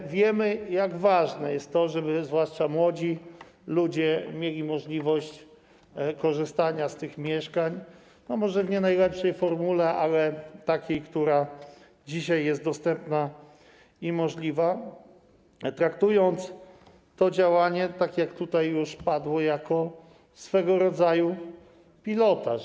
Ale wiemy, jak ważne jest to, żeby zwłaszcza młodzi ludzie mieli możliwość korzystania z tych mieszkań, może w nie najlepszej formule, ale w takiej, która dzisiaj jest dostępna i możliwa, traktując to działanie, tak jak tutaj już padło, jako swego rodzaju pilotaż.